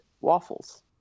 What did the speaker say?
waffles